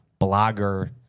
blogger